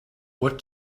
what